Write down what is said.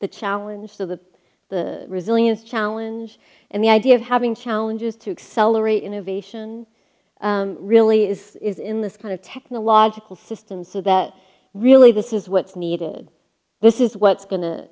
the challenge to the the resilience challenge and the idea of having challenges to accelerate innovation really is is in this kind of technological system so that really this is what's needed this is what's go